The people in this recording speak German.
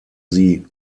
sie